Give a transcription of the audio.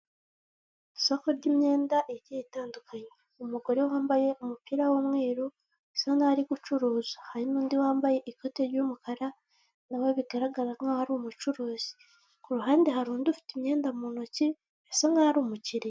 Isoko ry'imyenda igiye itandukanye, umugore wambaye umupira w'umweru bisa nkaho ari gucuruza, hari n'undi wambaye ikoti ry'umukara nawe bigaragara nkaho ari umucuruzi, ku ruhande hari undi ufite imyenda mu ntoki yasa nkaho ari umukiriya.